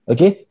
Okay